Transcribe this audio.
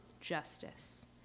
justice